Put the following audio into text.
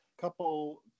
couple